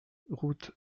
route